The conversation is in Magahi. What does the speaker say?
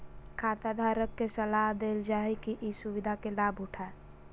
खाताधारक के सलाह देल जा हइ कि ई सुविधा के लाभ उठाय